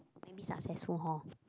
maybe successful hor